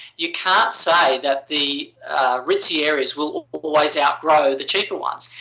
you can't say that the ritzy areas will always outgrow the cheaper ones.